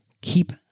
keep